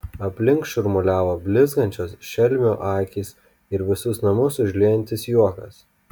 aplink šurmuliavo blizgančios šelmių akys ir visus namus užliejantis juokas